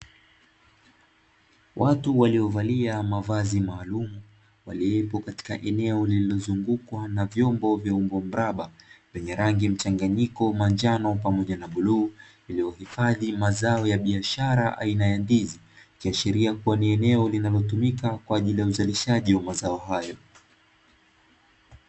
Watu waliovalia mavazi maalumu, waliopo katika eneo lililozungukwa na vyombo vya umbo mraba; vyenye rangi mchanganyiko manjano pamoja na bluu, vilivyohifadhi mazao ya biashara aina ya ndizi. Ikiashiria kuwa ni eneo linalotumika kwa ajili ya uzalishaji wa mazao hayo.